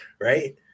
right